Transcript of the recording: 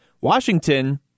Washington